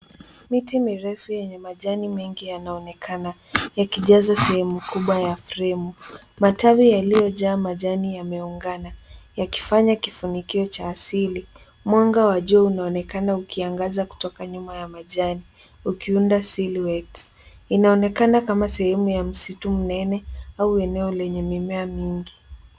Miti mirefu yenye majani mengi yanaonekana yakijaza sehemu kubwa ya fremu. Matawi yaliyojaa majani yameungana yakifanya kifunikio cha asili. Mwanga wa jua unaonekana ukiangaza kutoka nyuma ya majani ukiunda seal white .Inaonekana kama sehemu ya msitu mnene au eneo lenye mimea mingi.